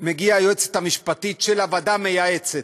היועצת המשפטית של הוועדה המייעצת,